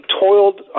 toiled